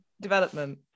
development